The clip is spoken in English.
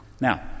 Now